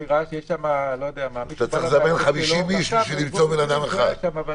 אתה צריך לזמן 50 איש בשביל למצוא אדם אחד.